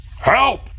Help